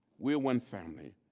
we're one family,